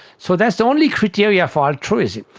so that's the only criteria for altruism.